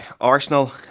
Arsenal